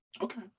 Okay